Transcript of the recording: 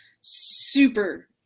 Super